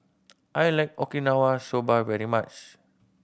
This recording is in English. I like Okinawa Soba very much